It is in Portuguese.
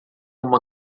uma